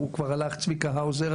צביקה האוזר,